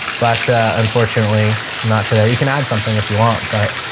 but ah, unfortunately not today. you can add something if you want, but